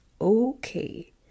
Okay